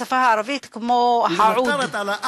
שהשפה הערבית כמו העוד,